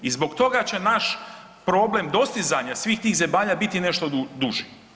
I zbog toga će naš problem dostizanja svih tih zemalja biti nešto duži.